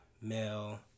male